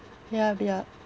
yup yup